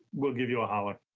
we'll give you a holler.